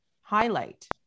highlight